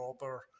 robber